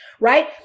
Right